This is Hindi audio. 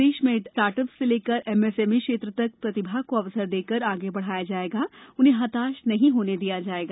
प्रदेश में स्टार्टअप से लेकर एमएसएमई क्षेत्र तक प्रतिभा को अवसर देकर आगे बढ़ाया जाएगा उन्हें हताश नहीं होने दिया जाएगा